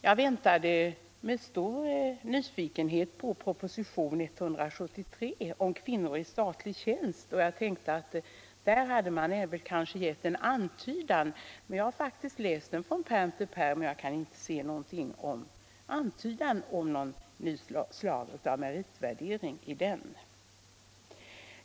Jag väntade med stor nyfikenhet på proposition 173 om kvinnor i statlig tjänst. Jag har nu läst den från pärm till pärm, och jag kan inte finna någon antydan om något nytt slag av meritvärdering i den.